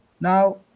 Now